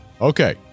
Okay